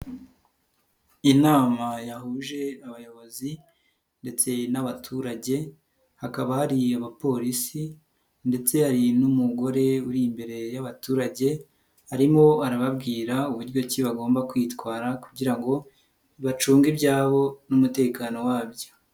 Inama yahuje abayobozi ndetse n'abaturage hakaba hariyo Abapolisi ndetse hari n'umugore uri imbere y'abaturage, arimo arababwira uburyo ki bagomba kwitwara kugira ngo bacunge ibyabo n'umutekano wabyo.